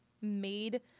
made